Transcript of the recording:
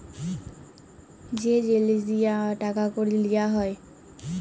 যে জিলিস দিঁয়ে টাকা কড়ি লিয়া হ্যয়